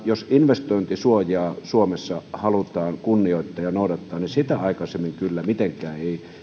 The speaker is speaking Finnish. jos investointisuojaa suomessa halutaan kunnioittaa ja noudattaa ainakaan aikaisemmin kuin vappuna kaksituhattakaksikymmentäyhdeksän ei kyllä mitenkään